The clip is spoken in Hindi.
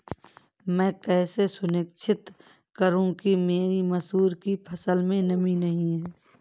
मैं कैसे सुनिश्चित करूँ कि मेरी मसूर की फसल में नमी नहीं है?